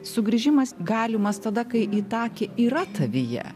sugrįžimas galimas tada kai itakė yra tavyje